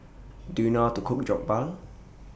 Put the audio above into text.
Do YOU know How to Cook Jokbal